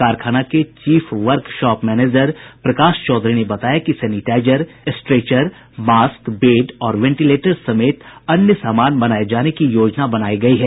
कारखाना के chief workshop manager Prakash Chaudhary ने बताया कि सेनिटाइजर स्ट्रेचर मास्क बेड और वेंटिलेटर समेत अन्य सामान बनाये जाने की योजना बनायी गयी है